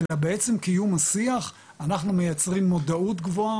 אלא בעצם קיום השיח אנחנו מייצרים מודעות גבוהה,